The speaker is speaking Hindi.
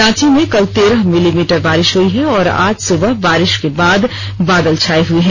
रांची में कल तेरह मिलीमीटर बारिश हुई है और आज सुबह बारिश के बाद बादल छाए हुए हैं